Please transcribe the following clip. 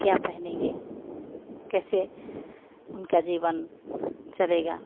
क्या पहेनेंगे कैसे उनका जीवन चलेगा